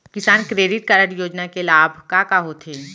किसान credit card योजना के लाभ का का होथे?